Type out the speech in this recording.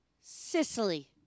sicily